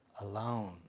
alone